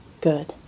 Good